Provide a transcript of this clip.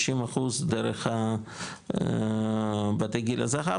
50 אחוז דרך בתי גיל הזהב,